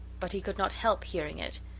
but he could not help hearing it.